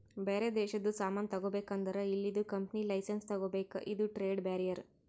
ಬ್ಯಾರೆ ದೇಶದು ಸಾಮಾನ್ ತಗೋಬೇಕ್ ಅಂದುರ್ ಇಲ್ಲಿದು ಕಂಪನಿ ಲೈಸೆನ್ಸ್ ತಗೋಬೇಕ ಇದು ಟ್ರೇಡ್ ಬ್ಯಾರಿಯರ್